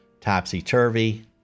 topsy-turvy